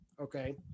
okay